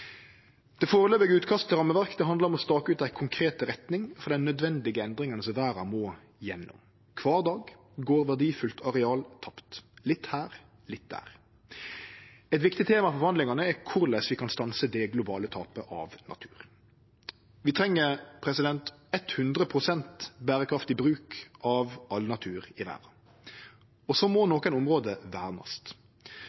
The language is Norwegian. til rammeverk handlar om å stake ut ei konkret retning for dei nødvendige endringane som verda må gjennom. Kvar dag går verdifullt areal tapt – litt her, litt der. Eit viktig tema for forhandlingane er korleis vi kan stanse det globale tapet av natur. Vi treng 100 pst. berekraftig bruk av all natur i verda, og så må